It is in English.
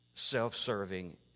self-serving